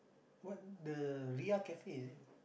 what the Ria cafe is it